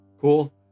cool